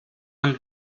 and